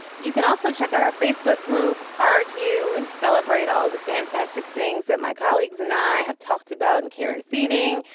you can also check out our facebook group argue and celebrate all the fantastic things that my colleagues and i have talked about and care and feeding.